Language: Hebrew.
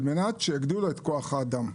על מנת שיגדילו את כוח האדם.